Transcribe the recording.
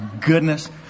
goodness